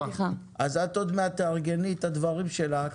אז את תארגני את הדברים שלך